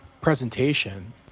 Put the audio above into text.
presentation